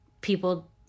people